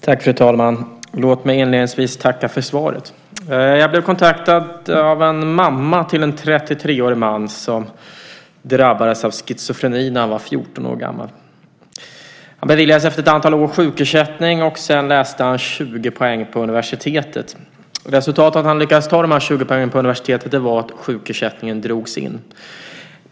Fru talman! Låt mig inledningsvis tacka för svaret. Jag blev kontaktad av en mamma till en 33-årig man som drabbades av schizofreni när han var 14 år gammal. Han beviljades efter ett antal år sjukersättning, och sedan läste han 20 poäng på universitetet. Resultatet av att han lyckades ta dessa 20 poäng på universitetet var att sjukersättningen drogs in.